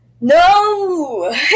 no